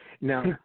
Now